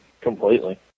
Completely